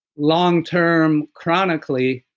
long term chronically,